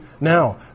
now